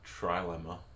trilemma